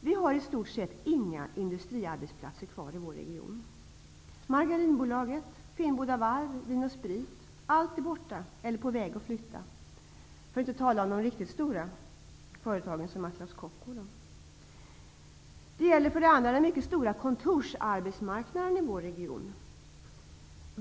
vi har i stort sett inga industriarbetsplatser kvar i vår region. Margarinbolaget, Finnboda varv, Vin & Sprit, för att inte tala om de stora företagen som Atlas Copco -- allt är borta eller på väg att flytta. Det gäller också den mycket stora kontorsarbetsmarknaden i vår region.